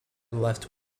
left